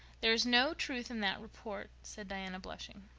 there is no truth in that report, said diana, blushing.